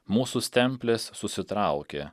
mūsų stemplės susitraukė